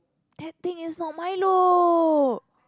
that thing is not Milo